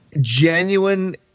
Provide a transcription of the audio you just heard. genuine